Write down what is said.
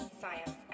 science